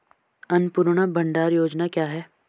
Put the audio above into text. अन्नपूर्णा भंडार योजना क्या है?